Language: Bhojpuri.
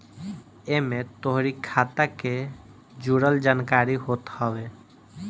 एमे तोहरी खाता के जुड़ल जानकारी होत हवे